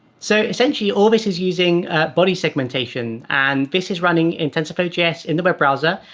so essentially, all this is using body segmentation. and this is running in tensorflow js in the web browser.